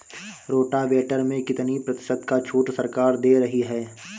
Rotavator में कितनी प्रतिशत का छूट सरकार दे रही है?